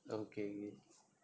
okay okay